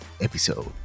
episode